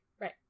Right